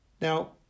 Now